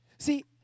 See